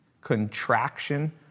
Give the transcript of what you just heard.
contraction